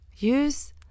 Use